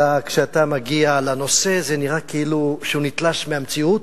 כשאתה מגיע לנושא זה נראה כאילו הוא נתלש מהמציאות,